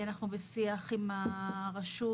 אנחנו בשיח עם הרשות,